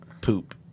poop